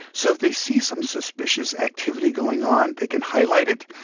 so if they see some suspicious activity going on they can highlight it.